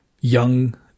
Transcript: young